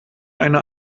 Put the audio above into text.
eine